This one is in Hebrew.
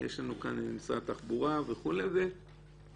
כי יש לנו כאן את משרד התחבורה, משרד המשפטים.